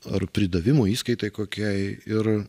ar pridavimui įskaitai kokiai ir